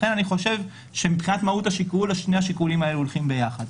לכן מבחינת מהות השיקול שני השיקולים האלה הולכים יחד.